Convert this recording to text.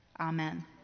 Amen